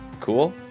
Cool